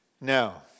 Now